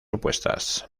opuestas